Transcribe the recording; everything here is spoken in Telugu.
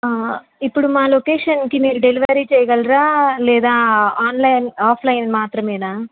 ఇప్పుడు మా లొకేషన్కి మీరు డెలివరీ చేయగలరా లేదా ఆన్లైన్ ఆఫ్లైన్ మాత్రమేనా